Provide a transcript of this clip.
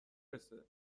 رسه